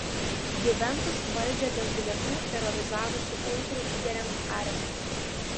juventus valdžią dėl bilietų terorizavusių ultrų lyderiams areštas